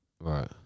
Right